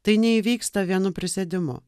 tai neįvyksta vienu prisėdimu